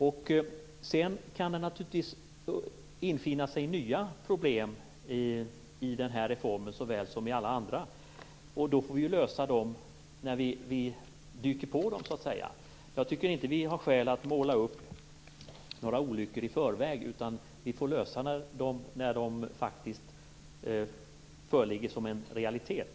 Nya problem kan naturligtvis infinna sig såväl i den här reformen som i alla andra, och de får vi lösa när vi dyker på dem. Jag tycker inte att vi har skäl att måla upp några olyckor i förväg, utan vi får lösa problemen när de är en realitet.